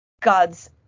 God's